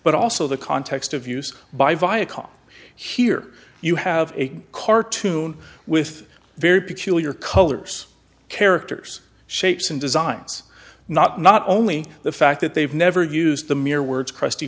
but also the context of use by viacom here you have a cartoon with very peculiar colors characters shapes and designs not not only the fact that they've never used the mere words krusty